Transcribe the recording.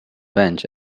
bench